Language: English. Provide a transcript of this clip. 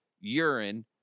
urine